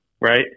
right